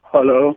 Hello